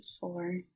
four